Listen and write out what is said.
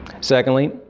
Secondly